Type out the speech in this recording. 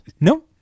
No